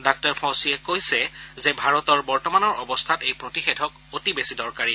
ডাঃ ফৌছিয়ে কৈছে যে ভাৰতৰ বৰ্তমানৰ অৱস্থাত এই প্ৰতিষেধক অতি বেছি দৰকাৰী